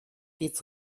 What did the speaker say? hitz